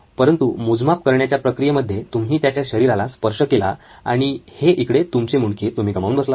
परंतु मोजमाप करण्याच्या प्रक्रिये मध्ये तुम्ही त्याच्या शरीराला स्पर्श केला आणि हे इकडे तुमचे मुंडके तुम्ही गमावून बसलात